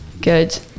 good